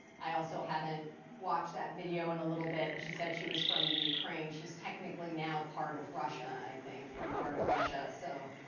i also haven't watched that video in a little bit, and she said she was from the ukraine. she's technically now part of russia, i think, from part of russia, so.